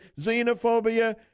xenophobia